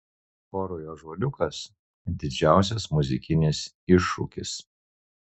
chorui ąžuoliukas didžiausias muzikinis iššūkis